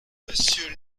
monsieur